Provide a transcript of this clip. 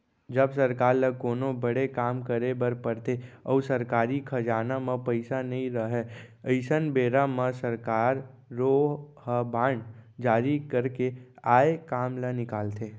जब सरकार ल कोनो बड़े काम करे बर परथे अउ सरकारी खजाना म पइसा नइ रहय अइसन बेरा म सरकारो ह बांड जारी करके आए काम ल निकालथे